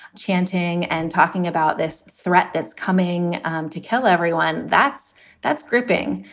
chanting and talking about this threat that's coming to kill everyone. that's that's gripping,